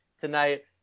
tonight